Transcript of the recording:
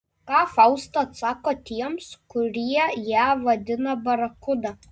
ką fausta atsako tiems kurie ją vadina barakuda